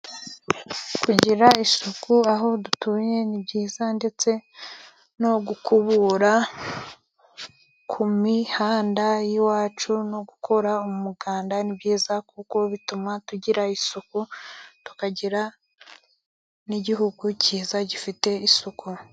Kugira isuku aho dutuye ni byiza, ndetse no gukubura ku mihanda y'iwacu no gukora umuganda ni byiza, kuko bituma tugira isuku tukagira n'igihugu cyiza gifite isuku.